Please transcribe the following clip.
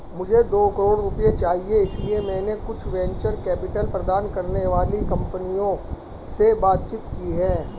मुझे दो करोड़ रुपए चाहिए इसलिए मैंने कुछ वेंचर कैपिटल प्रदान करने वाली कंपनियों से बातचीत की है